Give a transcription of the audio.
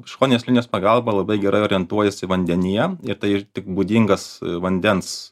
šoninės linijos pagalba labai gerai orientuojasi vandenyje ir tai būdingas vandens